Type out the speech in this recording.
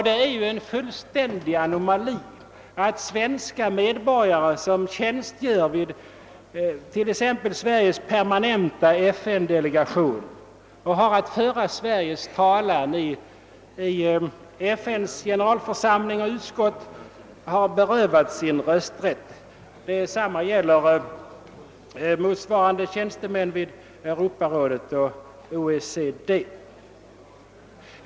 Det är en anomali att svenska medborgare, som tjänstgör vid Sveriges permanenta FN delegation och har att föra Sveriges talan i FN:s generalförsamling och utskott, berövas sin rösträtt. Detsamma gäller motsvarande tjänstemän inom Europarådet och OECD.